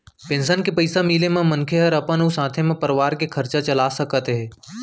pension के पइसा मिले ले मनखे हर अपन अउ साथे म परवार के खरचा चला सकत हे